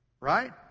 right